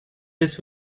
this